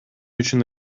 үчүн